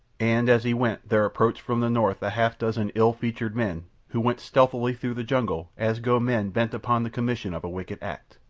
and as he went there approached from the north a half-dozen ill-featured men who went stealthily through the jungle as go men bent upon the commission of a wicked act.